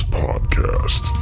podcast